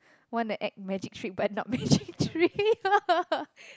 wanna act magic trick but not magic trick